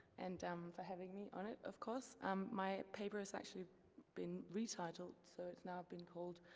and um for having me on it, of course. um my paper has actually been retitled, so it's now been called,